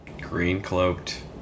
green-cloaked